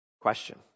Question